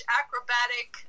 acrobatic